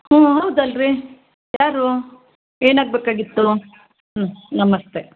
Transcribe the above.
ಹೂಂ ಹೌದಲ್ಲಾರೀ ಯಾರು ಏನಾಗ್ಬೇಕಾಗಿತ್ತು ಹ್ಞೂ ನಮಸ್ತೆ